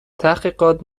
تحقیقات